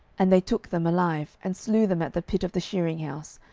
and they took them alive, and slew them at the pit of the shearing house,